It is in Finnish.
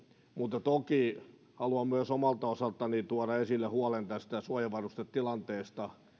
mutta toki haluan myös omalta osaltani tuoda esille huolen tästä suojavarustetilanteesta